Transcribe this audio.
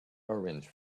orange